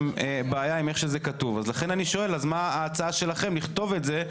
עם איך שזה כתוב ולכן אני שואל מה ההצעה שלכם לכתוב את זה,